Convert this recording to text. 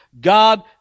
God